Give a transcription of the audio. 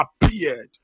appeared